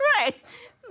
right